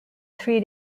three